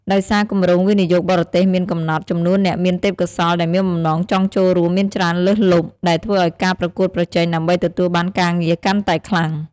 ដោយសារគម្រោងវិនិយោគបរទេសមានកំណត់ ចំនួនអ្នកមានទេពកោសល្យដែលមានបំណងចង់ចូលរួមមានច្រើនលើសលប់ ដែលធ្វើឱ្យការប្រកួតប្រជែងដើម្បីទទួលបានការងារកាន់តែខ្លាំង។